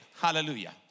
hallelujah